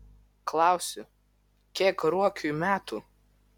klausiu kiek ruokiui metų